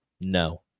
no